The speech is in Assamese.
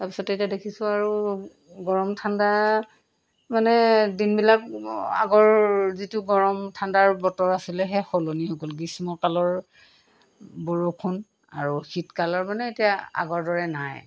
তাৰপিছতে এতিয়া দেখিছোঁ আৰু গৰম ঠাণ্ডা মানে দিনবিলাক আগৰ যিটো গৰম ঠাণ্ডাৰ বতৰ আছিলে সেই সলনি হৈ গ'ল গ্ৰীষ্মকালৰ বৰষুণ আৰু শীতকালৰ মানে এতিয়া আগৰ দৰে নাই